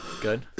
Good